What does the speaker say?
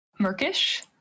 Murkish